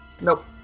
Nope